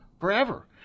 forever